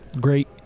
great